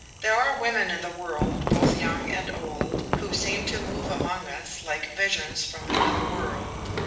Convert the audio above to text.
there are women in the world, both young and old, who seem to move among us like visions from another world,